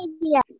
media